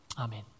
Amen